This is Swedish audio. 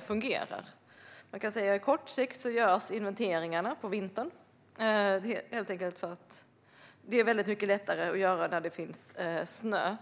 fungerar. Inventeringarna görs på vintern, helt enkelt för att de är väldigt mycket lättare att utföra när det finns snö.